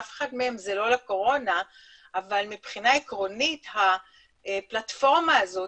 אף אחד מהם הוא לא לקורונה אבל מבחינה עקרונית הפלטפורמה הזאת,